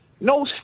no